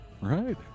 right